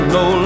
no